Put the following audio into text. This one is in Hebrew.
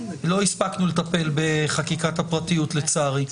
לא הספקנו לטפל בחקיקת הפרטיות לצערי.